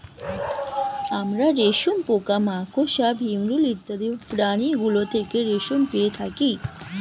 আমরা রেশম পোকা, মাকড়সা, ভিমরূল ইত্যাদি প্রাণীগুলো থেকে রেশম পেয়ে থাকি